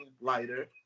lighter